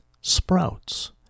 sprouts